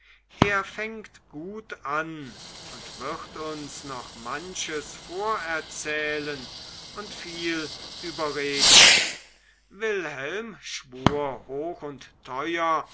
er fängt gut an und wird uns noch manches vorerzählen und viel überreden wilhelm schwur hoch und teuer